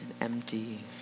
empty